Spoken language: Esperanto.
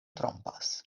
trompas